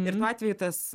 ir tuo atveju tas